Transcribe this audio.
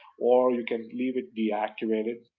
or you can leave it deactivated,